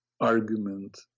argument